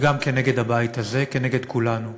וגם כנגד הבית הזה, כנגד כולנו.